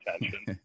attention